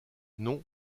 non